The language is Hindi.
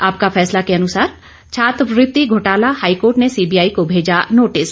आपका फैसला के अनुसार छात्रवृति घोटाला हाईकोर्ट ने सीबीआई को भेजा नोटिस